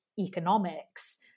economics